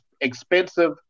expensive